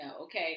okay